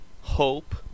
Hope